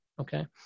okay